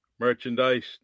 merchandise